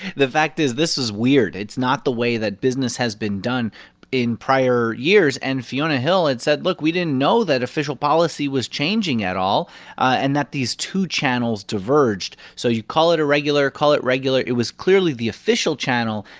the fact is, this is weird. it's not the way that business has been done in prior years. and fiona hill had said, look, we didn't know that official policy was changing at all and that these two channels diverged. so you call it irregular, call it regular it was clearly the official channel,